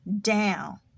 down